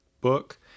book